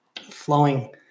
flowing